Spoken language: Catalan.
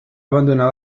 abandonar